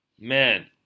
Man